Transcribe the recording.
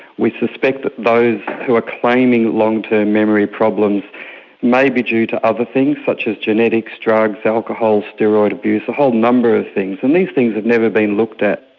we suspect that those who are claiming long-term memory problems may be due to other things such as genetics, drugs, alcohol, steroid abuse, a whole number of things, and these things never been looked at.